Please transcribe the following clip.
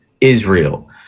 Israel